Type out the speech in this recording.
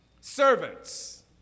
servants